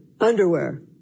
underwear